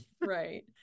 Right